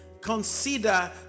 Consider